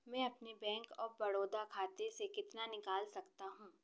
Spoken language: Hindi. मैं अपने बैंक ऑफ़ बड़ौदा खाते से कितना निकाल सकता हूँ